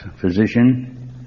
physician